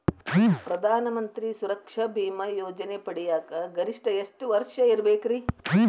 ಪ್ರಧಾನ ಮಂತ್ರಿ ಸುರಕ್ಷಾ ಭೇಮಾ ಯೋಜನೆ ಪಡಿಯಾಕ್ ಗರಿಷ್ಠ ಎಷ್ಟ ವರ್ಷ ಇರ್ಬೇಕ್ರಿ?